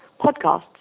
podcasts